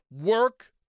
work